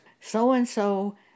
so-and-so